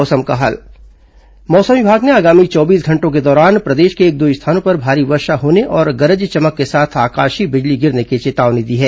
मौसम मौसम विभाग ने आगामी चौबीस घंटों के दौरान प्रदेश के एक दो स्थानों पर भारी वर्षा होने और गरज चमक के साथ आकाशीय बिजली गिरने की चेतावनी दी है